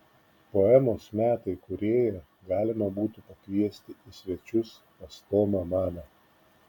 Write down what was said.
poemos metai kūrėją galima būtų pakviesti į svečius pas tomą maną